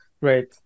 Right